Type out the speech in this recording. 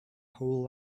whole